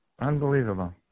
Unbelievable